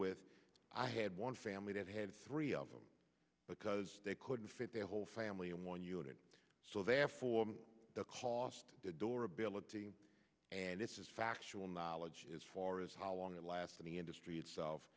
with i had one family that had three of them because they couldn't fit their whole family in one unit so therefore the cost door ability and it's just factual knowledge as far as how long it lasts and the industry itself